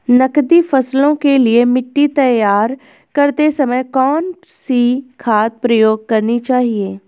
नकदी फसलों के लिए मिट्टी तैयार करते समय कौन सी खाद प्रयोग करनी चाहिए?